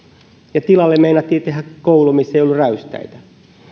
ja tilalle meinattiin tehdä koulu missä ei ollut räystäitä